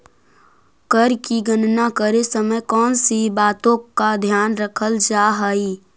कर की गणना करे समय कौनसी बातों का ध्यान रखल जा हाई